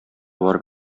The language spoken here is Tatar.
барып